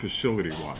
facility-wise